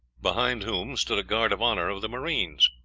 behind whom stood a guard of honor of the marines.